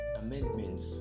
amendments